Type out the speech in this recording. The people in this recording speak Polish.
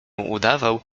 udawał